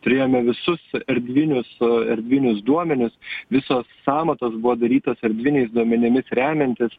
turėjome visus erdvinius erdvinius duomenis visos sąmatos buvo darytos erdviniais duomenimis remiantis